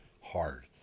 hard